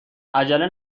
عجله